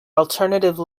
alternative